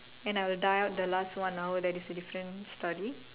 and I will dial up the last one how is that a different study